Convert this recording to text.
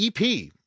EP